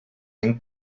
and